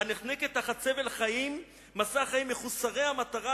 "הנחנקת תחת סבל משא החיים מחוסרי המטרה,